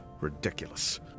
Ridiculous